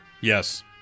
Yes